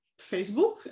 Facebook